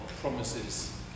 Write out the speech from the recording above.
promises